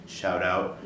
shout-out